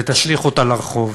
ותשליך אותה לרחוב.